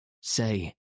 Say